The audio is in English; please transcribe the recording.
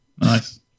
nice